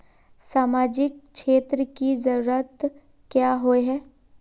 सामाजिक क्षेत्र की जरूरत क्याँ होय है?